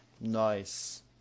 Nice